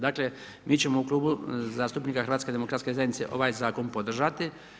Dakle mi ćemo u Klubu zastupnika HDZ-a ovaj zakon podržati.